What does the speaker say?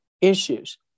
issues